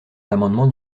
l’amendement